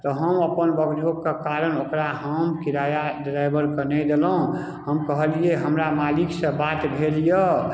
तऽ हम अपन बकझक के कारण ओकरा हम किराया ड्राइवर के नहि देलहुॅं हम कहलियै हमरा मालिक सँ बात भेल यऽ